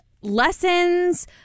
lessons